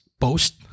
post